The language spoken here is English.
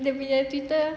dia punya Twitter